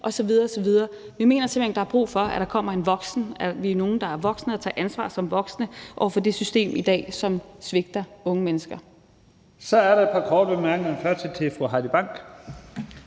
osv. osv. Vi mener simpelt hen, der er brug for, at der kommer en voksen, altså at vi er nogle, der er voksne og tager ansvar som voksne over for det system i dag, som svigter unge mennesker. Kl. 18:52 Første næstformand (Leif Lahn